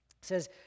says